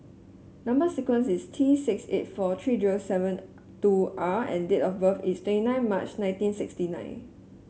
number sequence is T six eight four three zero seven two R and date of birth is twenty nine March nineteen sixty nine